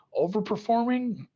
overperforming